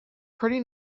pretty